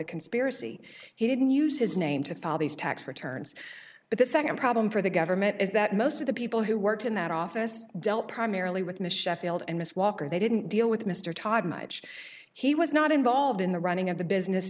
the conspiracy he didn't use his name to file these tax returns but the second problem for the government is that most of the people who worked in that office dealt primarily with michele field and miss walker they didn't deal with mr todd much he was not involved in the running of the business